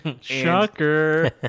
Shocker